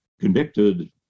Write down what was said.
convicted